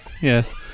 yes